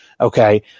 okay